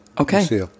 Okay